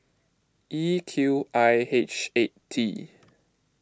E Q I H eight T